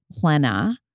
Plena